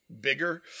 bigger